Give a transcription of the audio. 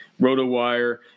RotoWire